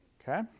okay